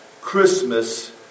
Christmas